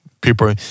people